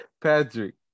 Patrick